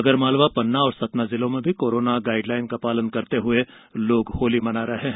आगरमालवा पन्ना और सतना जिलों में कोरोना गाइड लाइन का पालन करते हुए लोग होली मना रहे हैं